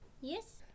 Yes